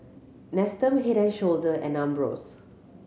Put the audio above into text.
Nestum Head and Shoulder and Ambros